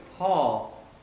Paul